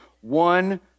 one